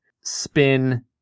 spin